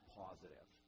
positive